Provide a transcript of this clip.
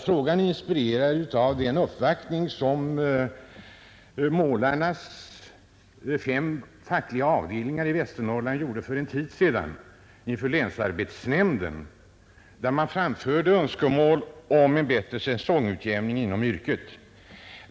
Frågan är inspirerad av den uppvaktning som målarnas fem fackliga avdelningar i Västernorrland gjorde för en tid sedan inför länsarbetsnämnden, där man framförde önskemål om en bättre säsongutjämning inom yrket.